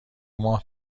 ماه